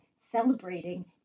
celebrating